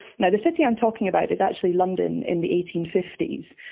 yeah the city i'm talking about is actually london in the eighteen fifty s,